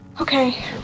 Okay